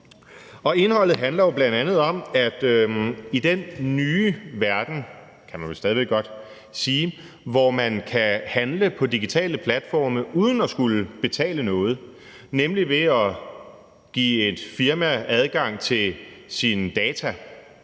nye verden – kan man vel stadig væk godt sige – hvor man kan handle på digitale platforme uden at skulle betale noget, nemlig ved at give et firma adgang til sine data,